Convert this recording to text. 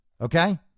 okay